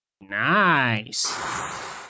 Nice